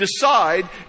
decide